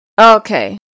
Okay